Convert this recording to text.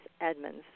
Edmonds